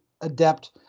adept